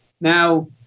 Now